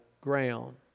ground